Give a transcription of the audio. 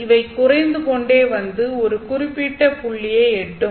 இவ குறைந்துகொண்டே வந்து ஒரு குறிப்பிட்ட புள்ளியை எட்டும்